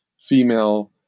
female